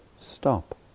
stop